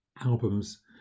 albums